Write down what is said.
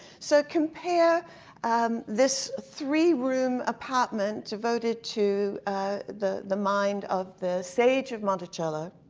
so, compare this three-room apartment, devoted to the the mind of the sage of monticello,